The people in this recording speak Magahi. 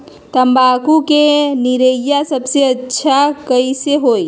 तम्बाकू के निरैया सबसे अच्छा कई से होई?